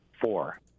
four